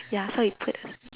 ya so we put